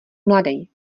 mladej